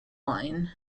line